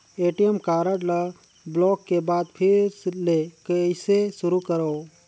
ATM card ल block के बाद फिर ले कइसे शुरू करव?